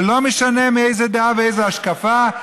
ולא משנה מאיזו דעה ומאיזו השקפה,